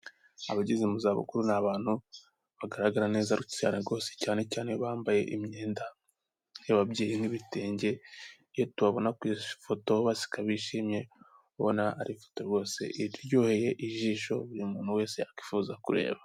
Abageze mu za bukuru ni abantu bagaragara neza cyane rwose, cyane cyane bambaye imyenda y'ababyeyi n'ibitenge iyo tubona kwifotoka bishimye ubona ari ifoto rwose iryoheye ijisho buri muntu wese akwifuza kureba.